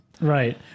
right